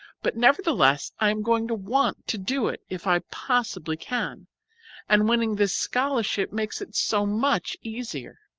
but nevertheless, i am going to want to do it, if i possibly can and winning this scholarship makes it so much easier.